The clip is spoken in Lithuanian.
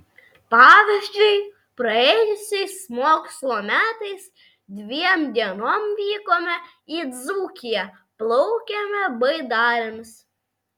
pavyzdžiui praėjusiais mokslo metais dviem dienom vykome į dzūkiją plaukėme baidarėmis